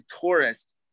tourist